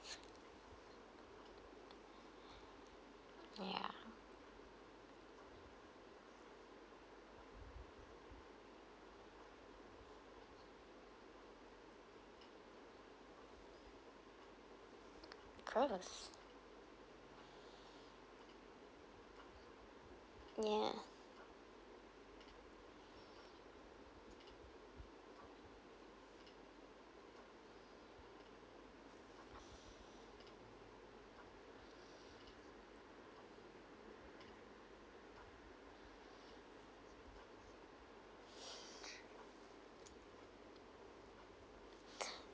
ya gross ya